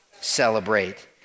celebrate